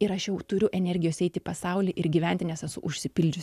ir aš jau turiu energijos eit į pasaulį ir gyventi nes esu užsipildžius